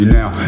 now